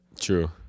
True